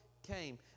Came